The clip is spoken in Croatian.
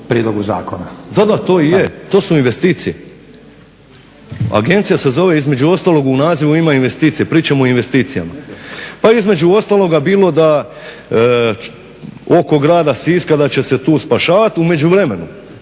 Da, da, to i je to su investicije. Agencija se zove između ostalog u nazivu ima investicije pričamo o investicijama. Pa je između ostaloga bilo oko grada Siska da će se tu spašavati. U međuvremenu